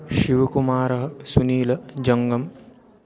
शिवकुमारः सुनीलः जङ्गमः